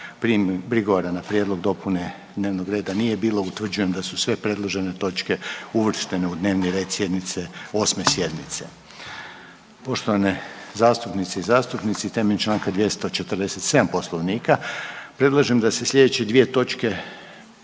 pisanih prigovora na prijedlog dopune dnevnog reda nije bilo, utvrđujem da su sve predložene točke uvrštene u dnevni red sjednice, 8. sjednice. Poštovane zastupnice i zastupnici, temeljem čl. 247. Poslovnika predlažem da se slijedeće dvije točke